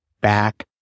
back